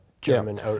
German